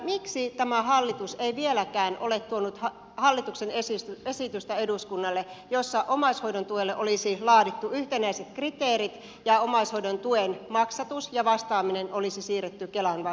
miksi tämä hallitus ei vieläkään ole tuonut eduskunnalle hallituksen esitystä jossa omaishoidon tuelle olisi laadittu yhtenäiset kriteerit ja omaishoidon tuen maksatus ja vastaaminen olisi siirretty kelan vastattavaksi